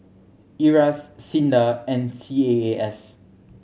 IRAS SINDA and C A A S